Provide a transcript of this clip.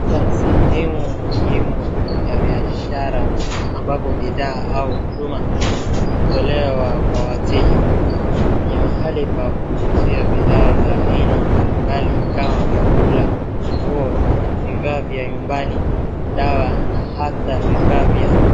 Ni katika sehemu muhimu ya biashara ambapo bidhaa au huduma hutolewa kwa wateja, ni mahali pa kuuzia bidhaa za aina mbalimbali kama vyakula, nguo, vifaa vya nyumbani, dawa na hata vifaa vya...